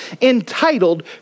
entitled